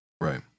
Right